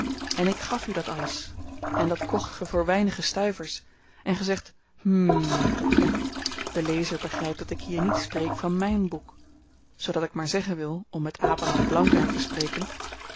en ik gaf u dat alles en dat kocht ge voor weinige stuivers en ge zegt hm de lezer begrypt dat ik hier niet spreek van myn boek zoodat ik maar zeggen wil om met abraham blankaart te spreken